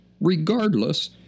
regardless